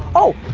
oh,